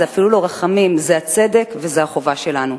זה אפילו לא רחמים, זה הצדק וזו החובה שלנו.